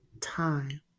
time